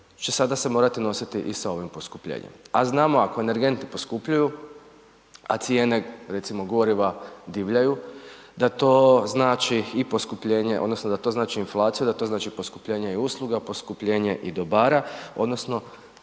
će sada se morati nositi i sa ovim poskupljenjem a znamo ako energenti poskupljuju, a cijene recimo goriva divljaju, da to znači i poskupljenje odnosno da to znači inflaciju, da to znači i poskupljenje usluga, poskupljenje i dobara odnosno